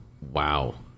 Wow